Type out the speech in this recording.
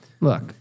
Look